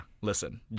listen